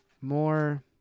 More